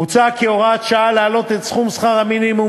מוצע כהוראת שעה להעלות את סכום שכר המינימום,